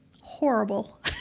horrible